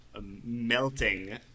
melting